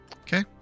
Okay